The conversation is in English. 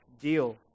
deal